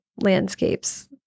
landscapes